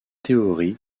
théories